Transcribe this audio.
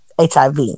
HIV